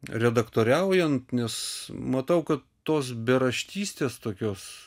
redaktoriaujant nes matau kad tos beraštystės tokios